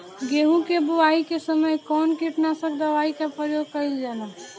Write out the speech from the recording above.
गेहूं के बोआई के समय कवन किटनाशक दवाई का प्रयोग कइल जा ला?